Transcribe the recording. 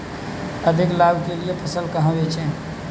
अधिक लाभ के लिए फसल कहाँ बेचें?